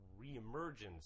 reemergence